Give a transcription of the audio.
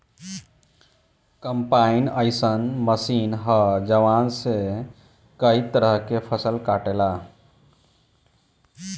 combine अइसन machine ह जवना से कए तरह के फसल कटाला